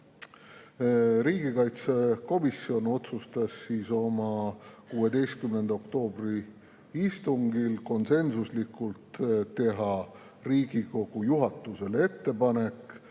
Riigikaitsekomisjon otsustas oma 16. oktoobri istungil konsensuslikult teha Riigikogu juhatusele ettepanek